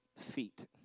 feet